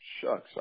Shucks